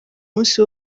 munsi